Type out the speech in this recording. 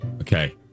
Okay